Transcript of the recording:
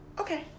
Okay